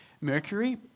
Mercury